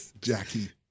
Jackie